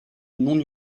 non